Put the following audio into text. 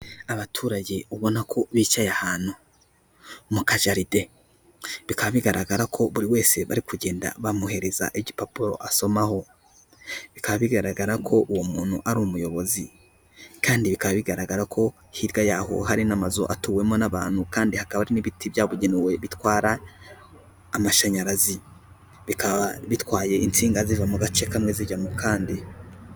Abaturage ubona ko bicaye ahantu mu kajaride, bikaba bigaragara ko buri wese bari kugenda bamuhereza igipapuro asomaho, bikaba bigaragara ko uwo muntu ari umuyobozi kandi bikaba bigaragara ko hirya yaho hari n'amazu atuwemo n'abantu kandi hakaba hari n'ibiti byabugenewe bitwara amashanyarazi, bikaba bitwaye insinga ziva mu gace kamwe zijya mu kandi.